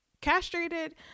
castrated